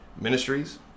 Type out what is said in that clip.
Ministries